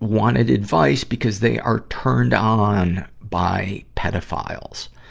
wanted advice because they are turned on by pedophiles.